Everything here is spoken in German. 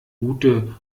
gute